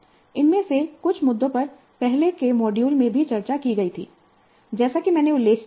इनमें से कुछ मुद्दों पर पहले के मॉड्यूल में भी चर्चा की गई थी जैसा कि मैंने उल्लेख किया है